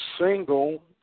single